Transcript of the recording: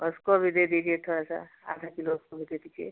उसको भी दे दीजिए थोड़ा सा आधा किलो वह भी दे दीजिए